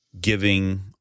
giving